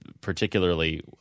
particularly